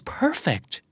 perfect